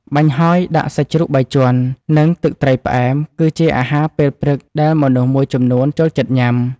បាញ់ហយដាក់សាច់ជ្រូកបីជាន់ និងទឹកត្រីផ្អែម គឺជាអាហារពេលព្រឹកដែលមនុស្សមួយចំនួនចូលចិត្តញ៉ាំ។